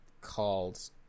called